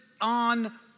on